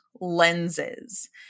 lenses